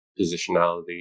positionality